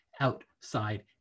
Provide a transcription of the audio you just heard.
outside